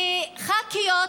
כי ח"כיות,